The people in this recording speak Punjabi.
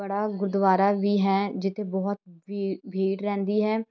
ਬੜਾ ਗੁਰਦੁਆਰਾ ਵੀ ਹੈ ਜਿੱਥੇ ਬਹੁਤ ਬੀ ਭੀੜ ਰਹਿੰਦੀ ਹੈ